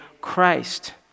Christ